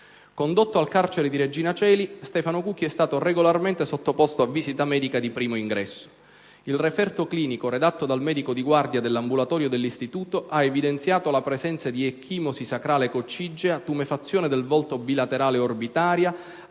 Condotto al carcere di Regina Coeli, Stefano Cucchi è stato regolarmente sottoposto a visita medico di primo ingresso. Il referto clinico redatto dal medico di guardia dell'ambulatorio dell'istituto ha evidenziato la presenza di «ecchimosi sacrale coccigea; tumefazione del volto bilaterale orbitaria;